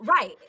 right